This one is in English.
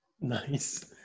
Nice